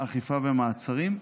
אכיפה ומעצרים),